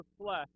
flesh